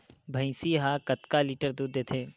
भंइसी हा कतका लीटर दूध देथे?